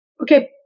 Okay